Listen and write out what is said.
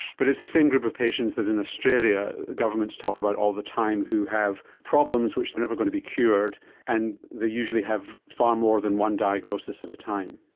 but it's the same group of patients that in australia governments talk about all the time who have problems which are never going to be cured and they usually have far more than one diagnosis at a time.